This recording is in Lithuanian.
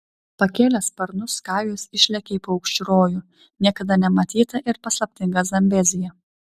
pakėlęs sparnus kajus išlekia į paukščių rojų niekada nematytą ir paslaptingą zambeziją